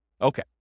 Okay